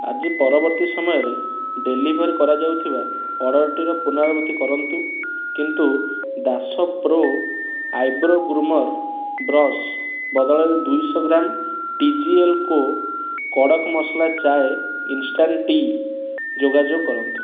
ଆଜି ପରବର୍ତ୍ତୀ ସମୟରେ ଡେଲିଭର୍ କରାଯାଉଥିବା ଅର୍ଡ଼ର୍ଟିର ପୁନରାବୃତ୍ତି କରନ୍ତୁ କିନ୍ତୁ Dash pro eyebrow groomer brush ବଦଳରେ ଦୁଇଶହ gram T G L co kadak masala chai instant tea ଯୋଗାଯୋଗ କରନ୍ତୁ